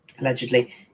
allegedly